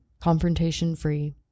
confrontation-free